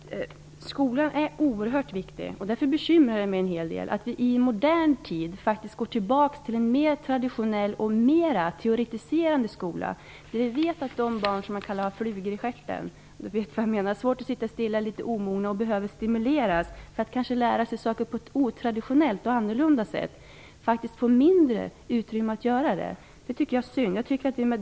Herr talman! Skolan är oerhört viktig, och därför bekymrar det mig en hel del att vi i modern tid faktiskt går tillbaka till en mer traditionell och mer teoretiserande skola. Vi vet att de barn som man säger ''har flugor i stjärten'' -- om civilministern vet vad jag menar --, de som har svårt att sitta stilla, som kanske är litet omogna och behöver stimuleras, faktiskt får mindre utrymme att lära sig saker på ett annorlunda och inte så traditionellt sätt, vilket de kanske skulle behöva. Jag tycker att det är synd.